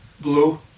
Blue